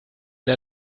der